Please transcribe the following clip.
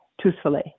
truthfully